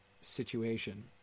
situation